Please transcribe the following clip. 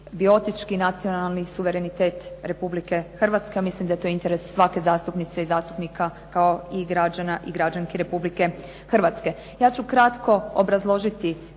biotički nacionalni suverenitet Republike Hrvatske, a mislim da je to interes svake zastupnice i zastupnika kao i građana i građanki Republike Hrvatske. Ja ću kratko obrazložiti